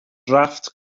drafft